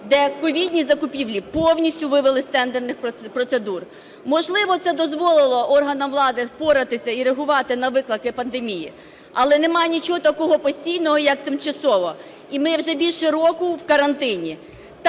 де ковідні закупівлі повністю вивели з тендерних процедур. Можливо, це дозволило органам влади впоратися і реагувати на виклики пандемії, але немає нічого такого постійного, як тимчасово. І ми вже більше року в карантині.